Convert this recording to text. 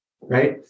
Right